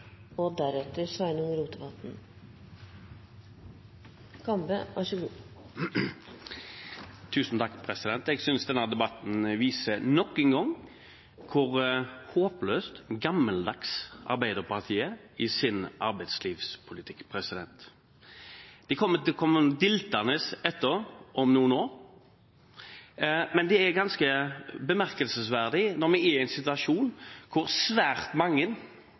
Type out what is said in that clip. Jeg synes denne debatten viser – nok en gang – hvor håpløst gammeldags Arbeiderpartiets arbeidslivspolitikk er. De kommer til å komme diltende etter om noen år, men det er ganske bemerkelsesverdig – når vi er i en situasjon hvor svært mange